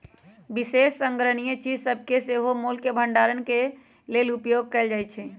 विशेष संग्रहणीय चीज सभके सेहो मोल के भंडारण के लेल उपयोग कएल जाइ छइ